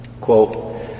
Quote